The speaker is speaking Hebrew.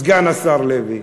סגן השר לוי,